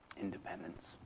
independence